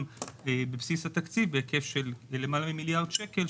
בבסיס התקציב בהיקף של למעלה ממיליארד שקל,